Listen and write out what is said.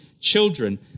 children